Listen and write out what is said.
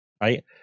right